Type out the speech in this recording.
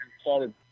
started